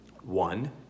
One